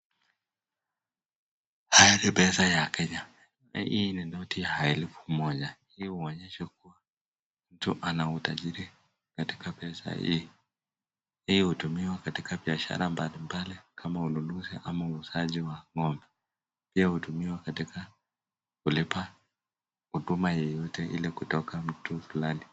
Haya ni pesa ya Kenya. Hii ni noti ya elfu moja. Hii huonyesha kuwa mtu anautajiri. Katika pesa hii hutumiwa katika biashara mbali mbali kama ununuzi ama uuzaji wa ng'ombe. Pia hutumika katika kulipa huduma yoyote ili kutoka kwa mtu fulani.